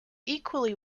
equally